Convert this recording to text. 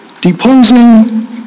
deposing